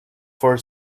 for